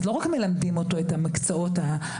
אז לא רק מלמדים אותו את המקצועות הנדרשים,